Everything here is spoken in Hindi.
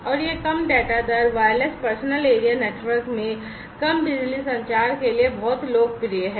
और यह कम डेटा दर वायरलेस पर्सनल एरिया नेटवर्क में कम बिजली संचार के लिए बहुत लोकप्रिय है